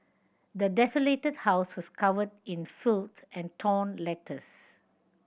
the desolated house was covered in filth and torn letters